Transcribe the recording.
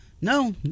No